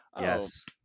Yes